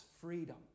freedom